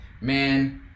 man